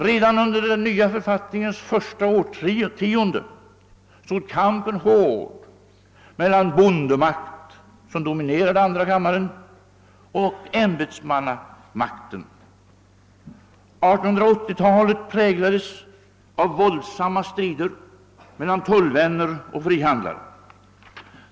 Redan under den nya författningens första årtionden stod kampen hård mellan bondemakt — som dominerade andra kammaren — och ämbetsmannamakt. 1880-talet präglades av våldsamma strider mellan tullvänner och frihandlare.